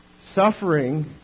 suffering